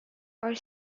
are